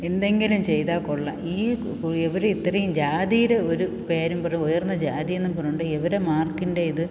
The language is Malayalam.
എന്തെങ്കിലും ചെയ്താൽ കൊള്ളാം ഈ ഇവർ ഇത്രയും ജാതിയുടെ ഒരു പേരും പറഞ്ഞു ഉയർന്ന ജാതി എന്നും പറഞ്ഞു കൊണ്ട് ഇവരെ മാർക്കിൻ്റെ ഇത്